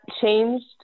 changed